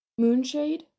Moonshade